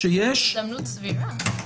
הזדמנות סבירה,